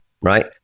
Right